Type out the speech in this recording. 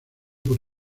por